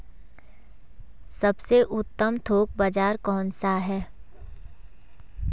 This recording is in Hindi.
सबसे उत्तम थोक बाज़ार कौन सा है?